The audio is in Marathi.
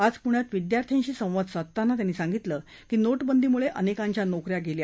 आज पुण्यात विद्यार्थ्यांशी संवाद साधताना त्यांनी सांगितलं की नोटबंदीमुळे अनेकांच्या नोक या गेल्या